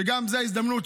שגם זו ההזדמנות,